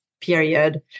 period